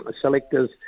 selectors